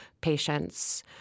patients